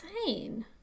Insane